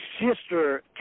sister